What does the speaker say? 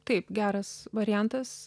taip geras variantas